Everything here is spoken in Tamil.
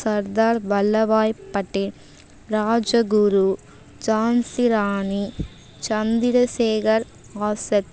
சர்தார் வல்லபாய் பட்டேல் ராஜகுரு ஜான்சி ராணி சந்திரசேகர் வாசர்